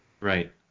Right